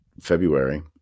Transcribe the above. February